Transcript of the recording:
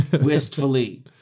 Wistfully